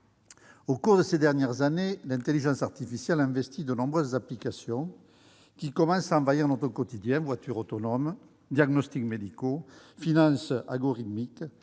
Au cours des dernières années, l'intelligence artificielle a investi de nombreuses applications qui commencent à envahir notre quotidien : voitures autonomes, diagnostics médicaux, finance algorithmique,